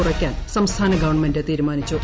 കുറയ്ക്കാൻ സംസ്മാന ഗവൺമെന്റ് തീരുമാനിച്ചു